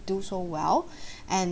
do so well and